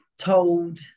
told